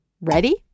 Ready